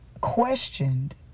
questioned